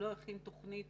לא הכין תוכנית